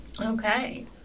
Okay